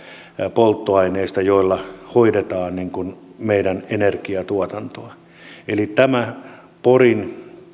polttoaineista joilla hoidetaan meidän energiatuotantoamme eli tämä porin